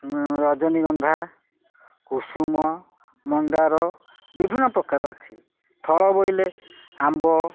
ରଜନୀଗନ୍ଧା କୁସୁମ ମନ୍ଦାର ବିଭିନ୍ନ ପ୍ରକାର ଅଛି ଫଳ ବୋଇଲେ ଆମ୍ବ